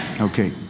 Okay